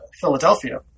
Philadelphia